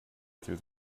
through